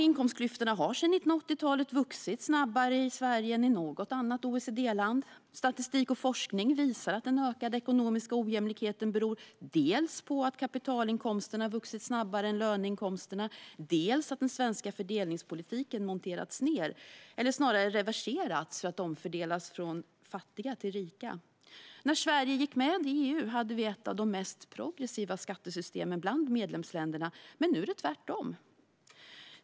Inkomstklyftorna har sedan 1980-talet vuxit snabbare i Sverige än i något annat OECD-land. Statistik och forskning visar att den ökade ekonomiska ojämlikheten beror dels på att kapitalinkomsterna vuxit snabbare än löneinkomsterna, dels på att den svenska fördelningspolitiken monterats ned, eller snarare reverserats för att omfördelas från fattiga till rika. När Sverige gick med i EU hade vi ett av de mest progressiva skattesystemen bland medlemsländerna. Men nu är det tvärtom.